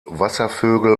wasservögel